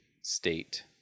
state